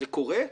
זה קורה.